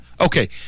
Okay